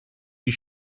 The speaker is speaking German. die